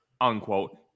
unquote